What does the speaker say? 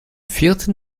vierten